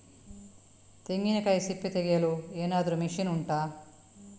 ತೆಂಗಿನಕಾಯಿ ಸಿಪ್ಪೆ ತೆಗೆಯಲು ಏನಾದ್ರೂ ಮಷೀನ್ ಉಂಟಾ